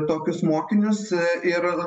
tokius mokinius ir